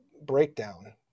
breakdown